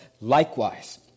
likewise